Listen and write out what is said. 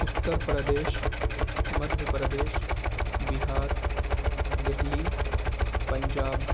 Uttar Pradesh Madhya Pradesh Bihar Delhi Punjab